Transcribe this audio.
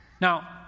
Now